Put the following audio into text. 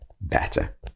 better